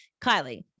Kylie